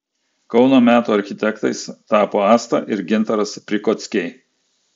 kauno metų architektais tapo asta ir gintaras prikockiai